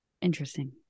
Interesting